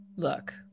look